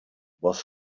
was